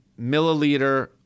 milliliter